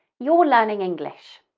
you're learning english.